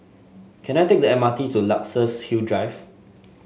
can I take the M R T to Luxus Hill Drive